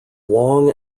long